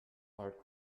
part